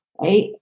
right